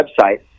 website